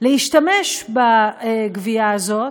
להשתמש בגבייה הזאת,